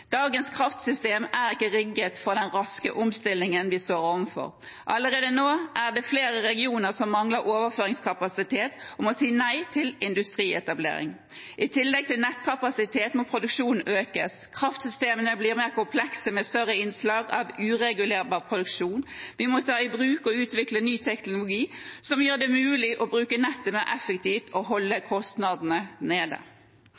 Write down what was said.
Dagens kraftsystem er ikke rigget for den raske omstillingen vi står overfor. Allerede nå er det flere regioner som mangler overføringskapasitet og må si nei til industrietablering. I tillegg til nettkapasitet må produksjonen økes. Kraftsystemene blir mer komplekse med større innslag av uregulerbar produksjon. Vi må ta i bruk og utvikle ny teknologi som gjør det mulig å bruke nettet mer effektivt og holde kostnadene nede.